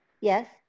Yes